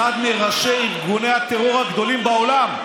מראשי ארגוני הטרור הגדולים בעולם.